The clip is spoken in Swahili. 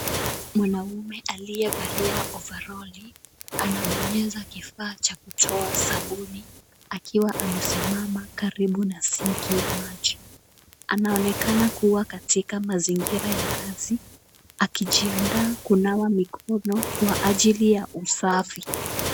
Mwanamume aliyevalia ovaroli anabonyeza kifaa cha kutoa sabuni akiwa amesimama karibu na sinki ya maji, anaonekana kuwa katika mazingira ya kazi, akijiandaa kunawa mikono kwa ajili ya usafi.